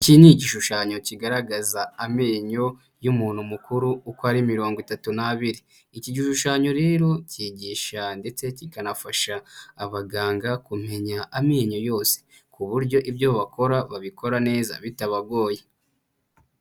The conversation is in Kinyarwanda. Iki ni igishushanyo kigaragaza amenyo y'umuntu mukuru uko ari mirongo itatu n'abiri. Iki gishushanyo rero kigisha ndetse kikanafasha abaganga kumenya amenyo yose ku buryo ibyo bakora babikora neza bitabagoye.